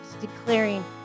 declaring